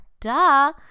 Duh